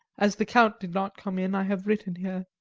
as the count did not come in, i have written here.